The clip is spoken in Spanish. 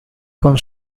con